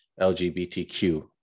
lgbtq